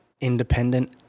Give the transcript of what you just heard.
independent